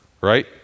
right